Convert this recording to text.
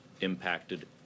impacted